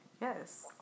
Yes